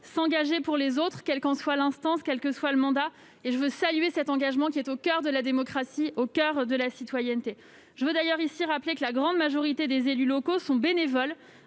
s'engager pour les autres, quelle que soit l'instance concernée et quel que soit le mandat. Je veux saluer cet engagement, qui est au coeur de la démocratie, au coeur de la citoyenneté. Je veux d'ailleurs rappeler ici que la grande majorité des élus locaux sont bénévoles.